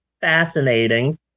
fascinating